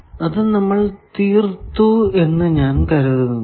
അത് നമ്മൾ തീർത്തു എന്ന് ഞാൻ കരുതുന്നു